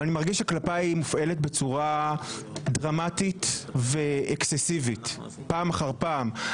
אבל אני מרגיש שכלפיי היא מופעלת בצורה דרמטית ואקססיבית פעם אחר פעם.